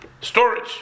storage